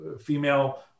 female